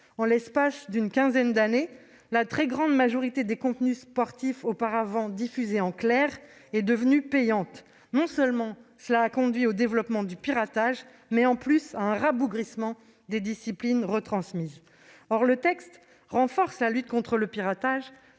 En l'espace d'une quinzaine d'années, la très grande majorité des contenus sportifs, auparavant diffusés en clair, est devenue payante. Cela a conduit non seulement au développement du piratage, mais aussi à un rabougrissement des disciplines retransmises. Or le texte renforce la lutte contre le piratage,